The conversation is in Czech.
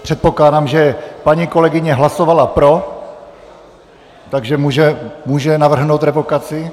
Předpokládám, že paní kolegyně hlasovala pro, takže může navrhnout revokaci.